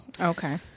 okay